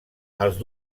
als